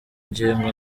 ngingo